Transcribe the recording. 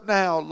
now